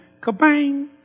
Kabang